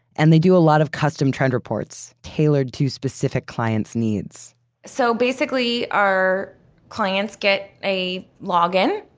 and they do a lot of custom trend reports, tailored to specific clients needs so basically our clients get a login,